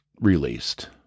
released